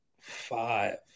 five